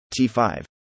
T5